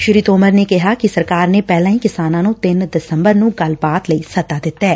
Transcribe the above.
ਸ੍ਰੀ ਤੋਮਰ ਨੇ ਕਿਹਾ ਕਿ ਸਰਕਾਰ ਨੇ ਪਹਿਲਾਂ ਹੀ ਕਿਸਾਨਾਂ ਨੂੂ ਤਿੰਨ ਦਸੰਬਰ ਨੂੰ ਗੱਲਬਾਤ ਲਈ ਸੱਦਾ ਦਿੱਤੈ